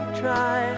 try